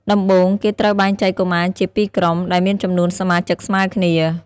ដំបូង គេត្រូវបែងចែកកុមារជាពីរក្រុម ដែលមានចំនួនសមាជិកស្មើគ្នា។